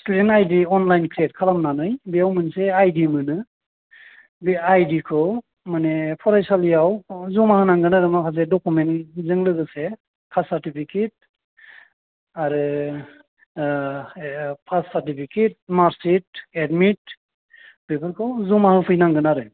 student I D online create खालामनानै बेयाव मोनसे आइ दि मोनो बे आइदिखौ माने फरायसालियाव ज'मा होनांगोन आरो माखासे दकु'मेन्टजों लोगोसे कास्ट सारटिफिकेट आरो पास सारटिफिकेट मार्कशिट एदमिट बेफोरखौ ज'मा होफैनांगोन आरो